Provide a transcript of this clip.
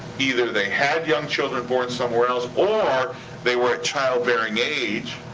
either they had young children born somewhere else or they were at childbearing age,